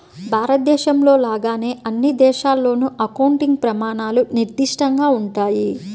భారతదేశంలో లాగానే అన్ని దేశాల్లోనూ అకౌంటింగ్ ప్రమాణాలు నిర్దిష్టంగా ఉంటాయి